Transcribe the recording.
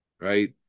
right